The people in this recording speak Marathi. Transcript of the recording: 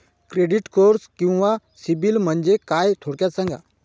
क्रेडिट स्कोअर किंवा सिबिल म्हणजे काय? थोडक्यात सांगा